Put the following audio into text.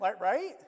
right